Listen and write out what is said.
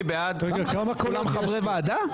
כולם חברי ועדה?